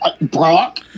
Brock